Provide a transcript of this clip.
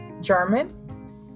German